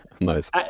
nice